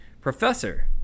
Professor